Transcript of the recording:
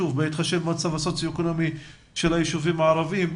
בהתחשב במצב הסוציו אקונומי של הישובים הערביים.